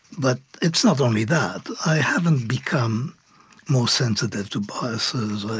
but it's not only that. i haven't become more sensitive to biases.